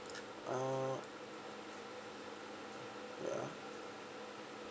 uh ya